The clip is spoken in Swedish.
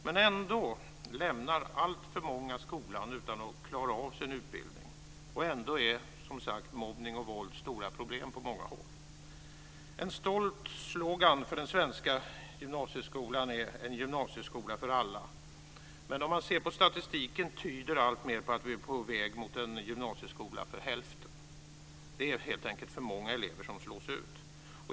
Men ändå lämnar alltför många skolan utan att klara av sin utbildning och ändå är, som sagt, mobbning och våld stora problem på många håll. En stolt slogan för den svenska gymnasieskolan är: En gymnasieskola för alla. Men om man ser på statistiken tyder alltmer på att vi är på väg mot en ny gymnasieskola för hälften. Det är helt enkelt för många elever som slås ut.